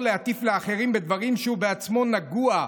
להטיף לאחרים בדברים שהוא בעצמו נגוע בהם,